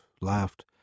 laughed